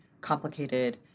complicated